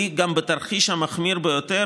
גם בתרחיש המחמיר ביותר,